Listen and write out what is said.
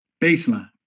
Baseline